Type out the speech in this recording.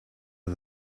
are